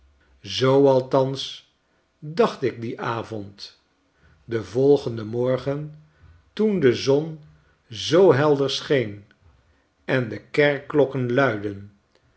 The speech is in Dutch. zoo althans dacht ik dien avond den volgenden morgen toen de zon zoo helder scheen en de kerkklokken luidden